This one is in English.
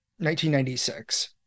1996